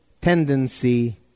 tendency